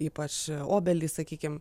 ypač obelis sakykim